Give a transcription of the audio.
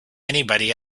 anybody